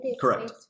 Correct